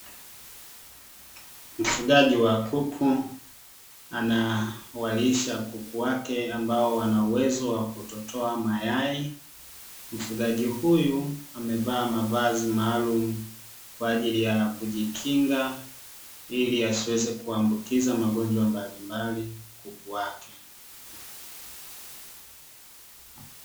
Mfugaji wa kuku anawalisha kuku wake ambao wana uwezo wa kutotoa mayai, mfugaji huyu amevaa mavazi maalumu kwa ajili ya kujikinga ili asiweze kuambukiza magonjwa mbalimbali kuku wake.